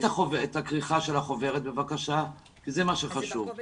מדברים על מניעת אפליה באופן עקרוני, מדברים